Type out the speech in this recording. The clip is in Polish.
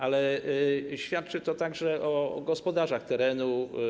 Ale świadczy to także o gospodarzach terenu.